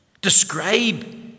Describe